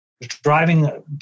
Driving